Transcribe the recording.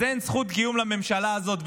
אז אין זכות קיום לממשלה הזאת,